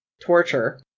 torture